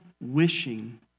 wishing